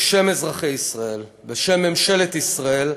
בשם אזרחי ישראל ובשם ממשלת ישראל: